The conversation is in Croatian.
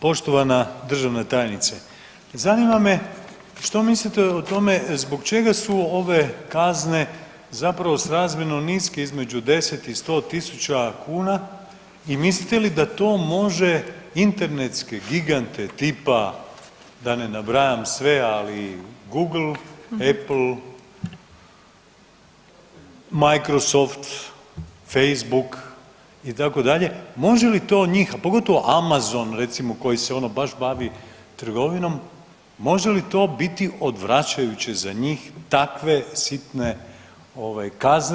Poštovana državna tajnice, zanima me što mislite o tome zbog čega su ove kazne zapravo srazmjerno niske između 10 i 100.000 kuna i mislite li da to može internetske gigante tipa da ne nabrajam sve ali Google, Apple, Microsoft, Facebook itd., može li to njih, a pogotovo Amazon recimo koji se ono baš bavi trgovinom, može li to biti odvraćajuće za njih takve sitne ovaj kazne?